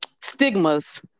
stigmas